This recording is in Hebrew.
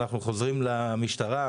אנחנו חוזרים למשטרה,